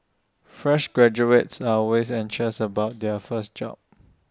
fresh graduates are always anxious about their first job